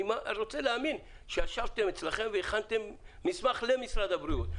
אני רוצה להאמין שישבתם אצלכם והכנתם מסמך למשרד הבריאות,